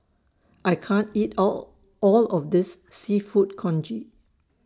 I can't eat All All of This Seafood Congee